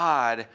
God